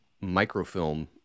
microfilm